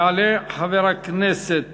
יעלה חבר הכנסת